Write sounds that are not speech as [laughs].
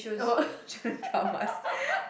oh [laughs]